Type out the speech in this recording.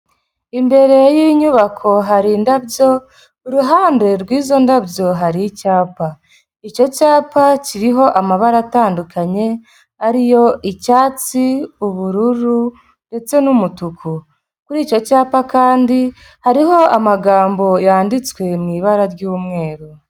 Imbere y'inyubako hari indabyo, iruhande rw'izo ndabyo, hari icyapa. Icyo cyapa kiriho amabara atandukanye, ariyo icyatsi, ubururu ndetse n'umutuku, kuri icyo cyapa kandi hariho amagambo yanditswe mu ibara ry'umweru.